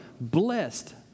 blessed